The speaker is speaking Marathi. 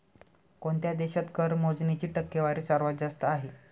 कोणत्या देशात कर मोजणीची टक्केवारी सर्वात जास्त आहे?